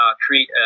create